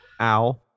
Ow